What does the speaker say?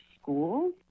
school